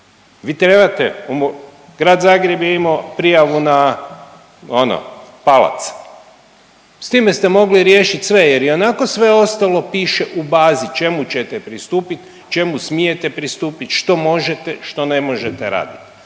Vi trebate, Grad Zagreb je imao prijavu ono palac. S time ste mogli riješiti sve jer ionako sve ostalo piše u bazi čemu ćete pristupiti, čemu smijete pristupiti, što možete, što ne možete raditi.